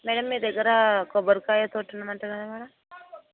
madam మీ దగ్గర కొబ్బరికాయ తోట ఉంది అంట కదా మ్యాడమ్